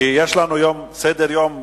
כי יש לנו סדר-יום ארוך,